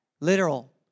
Literal